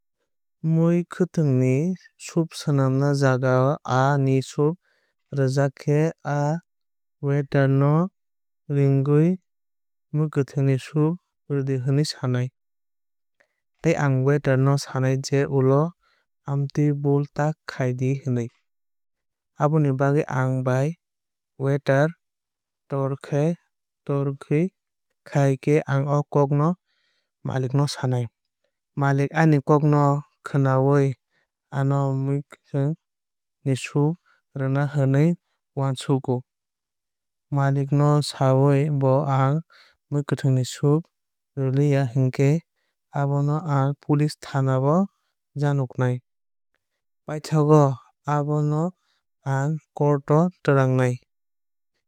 Mwkhwuitwng ni soup sanma jaga aa ni soup rwjakhe ang waiter no ringwui mwkhwuitwng ni soup rwdi hinwui sanai. Tei ang Waiter no sanai je ulo amtwui bul ta khaidi hinwui. Aboni bagwui ang bai Waiter torka torki khai khe ang o kok no malik no sanai. Malik ani kok no khwnawui ano mwkhwtwng ni soup rwanu hinwui uansukgo. Malik no sawui bo ano mwkhwtwng ni soup rwliya hinkhe abo no ang police thana o janoknai. Paithago abono ang court o twlangnai.